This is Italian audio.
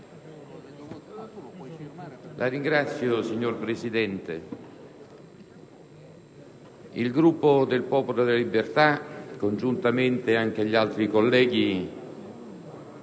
*(PdL)*. Signor Presidente, il Gruppo del Popolo della Libertà, congiuntamente anche agli altri colleghi,